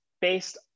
based